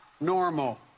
normal